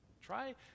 Try